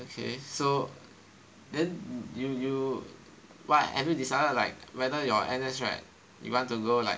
okay so then you you why have you decided like whether your N_S right you want to go like